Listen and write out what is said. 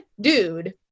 dude